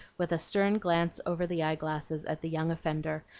with a stern glance over the eye-glasses at the young offender,